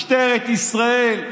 משטרת ישראל.